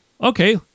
okay